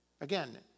again